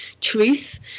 truth